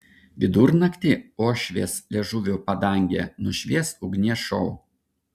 vidurnaktį uošvės liežuvio padangę nušvies ugnies šou